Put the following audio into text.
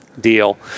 deal